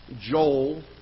Joel